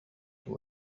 عدت